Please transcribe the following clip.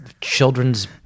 children's